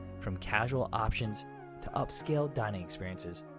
from casual options to upscale dining experiences,